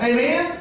Amen